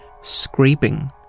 scraping